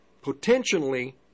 Potentially